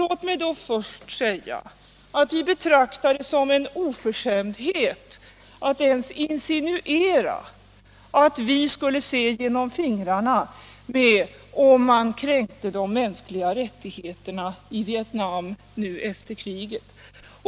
Låt mig då först säga att vi betraktar det som en oförskämdhet att ens insinuera att vi skulle se genom fingrarna, om man kränkte de mänskliga rättigheterna i Vietnam nu efter kriget.